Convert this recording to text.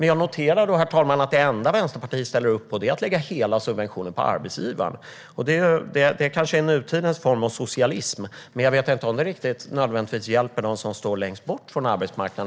Jag noterar dock att det enda Vänsterpartiet ställer upp på är att lägga hela subventionen på arbetsgivaren. Det kanske är nutidens form av socialism, men jag vet inte om den nödvändigtvis hjälper dem som står längst bort från arbetsmarknaden.